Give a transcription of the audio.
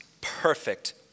perfect